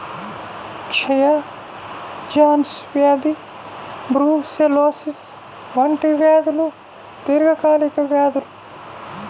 క్షయ, జాన్స్ వ్యాధి బ్రూసెల్లోసిస్ వంటి వ్యాధులు దీర్ఘకాలిక వ్యాధులు